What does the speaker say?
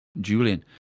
Julian